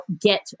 get